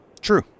True